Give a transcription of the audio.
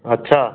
अच्छा